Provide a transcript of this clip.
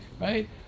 right